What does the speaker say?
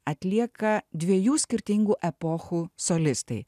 atlieka dviejų skirtingų epochų solistai